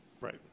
Right